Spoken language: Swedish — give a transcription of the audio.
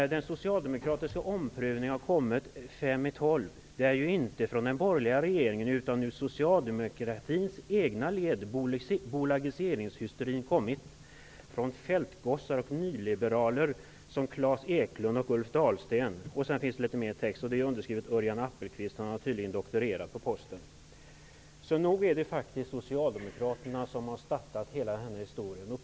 ''Den socialdemokratiska omprövningen har kommit fem i tolv: det är ju inte från den borgerliga regeringen utan ur socialdemokratins egna led bolagiseringshysterin kommit. Från Feldtgossar och nyliberaler som Klas Eklund och Ulf Dahlsten.'' Detta följs av litet mer text. Texten är underskriven av Örjan Appelqvist, som tydligen har doktorerat på Posten. Så nog är det faktiskt Socialdemokraterna som har startat hela den här historien.